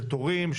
של תורים,